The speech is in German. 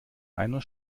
einer